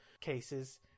cases